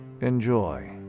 Enjoy